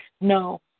No